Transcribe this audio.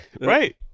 Right